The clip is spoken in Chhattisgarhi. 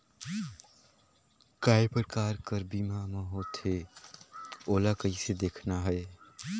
काय प्रकार कर बीमा मा होथे? ओला कइसे देखना है?